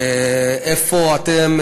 איפה אתם?